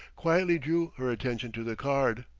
quietly drew her attention to the card.